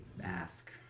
ask